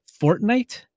Fortnite